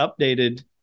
updated